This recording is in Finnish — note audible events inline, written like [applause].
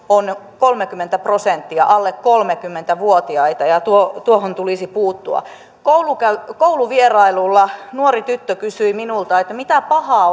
on kolmekymmentä prosenttia nuoria alle kolmekymmentä vuotiaita ja tuohon tulisi puuttua kouluvierailulla kouluvierailulla nuori tyttö kysyi minulta mitä pahaa [unintelligible]